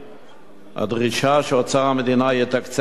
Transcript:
הדרישה שאוצר המדינה יתקצב עמותה.